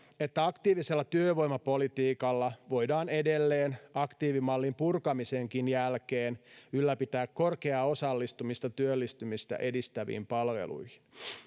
että aktiivisella työvoimapolitiikalla voidaan edelleen aktiivimallin purkamisenkin jälkeen ylläpitää korkeaa osallistumista työllistymistä edistäviin palveluihin